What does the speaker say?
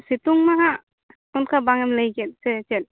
ᱥᱤᱛᱩᱝ ᱢᱟ ᱦᱟᱜ ᱚᱱᱠᱟ ᱵᱟᱝ ᱮᱢ ᱞᱟᱹᱭ ᱠᱮᱫ ᱥᱮ ᱪᱮᱫ